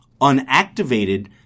unactivated